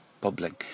bubbling